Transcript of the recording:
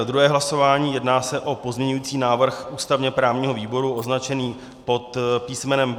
Druhé hlasování jedná se o pozměňující návrh ústavněprávního výboru označený písmenem B2.